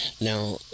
Now